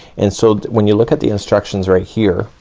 and so when you look at the instructions right here,